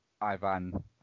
Ivan